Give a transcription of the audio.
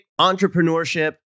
entrepreneurship